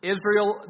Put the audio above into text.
Israel